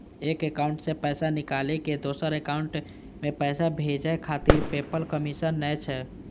एक एकाउंट सं पैसा निकालि कें दोसर एकाउंट मे पैसा भेजै खातिर पेपल कमीशन लै छै